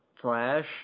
Flash